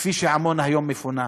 כפי שעמונה היום מפונה,